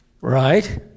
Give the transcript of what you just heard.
Right